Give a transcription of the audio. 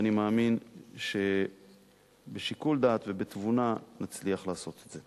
אני מאמין שבשיקול דעת ובתבונה נצליח לעשות את זה.